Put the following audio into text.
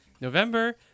November